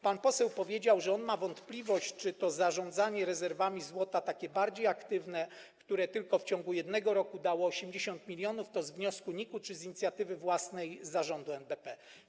Pan poseł powiedział, że ma wątpliwości, czy zarządzanie rezerwami złota, takie bardziej aktywne, które tylko w ciągu jednego roku dało 80 mln, to z wniosku NIK-u czy z inicjatywy własnej Zarządu NBP.